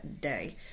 Day